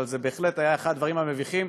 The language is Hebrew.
אבל זה היה אחד הדברים המביכים,